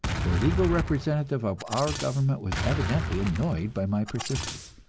the legal representative of our government was evidently annoyed by my persistence.